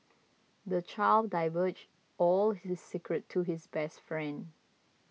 the child divulged all his secrets to his best friend